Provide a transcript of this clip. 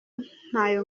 ntayo